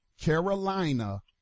carolina